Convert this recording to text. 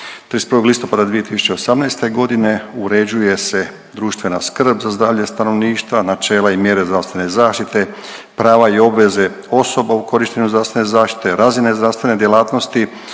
31. listopada 2018.g. uređuje se društvena skrb za zdravlje stanovništva, načela i mjere zdravstvene zaštite, prava i obveze osoba u korištenju zdravstvene zaštite, razine zdravstvene djelatnosti,